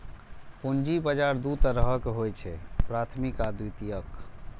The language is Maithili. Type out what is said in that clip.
पूंजी बाजार दू तरहक होइ छैक, प्राथमिक आ द्वितीयक